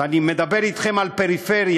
ואני מדבר אתכם על פריפריה,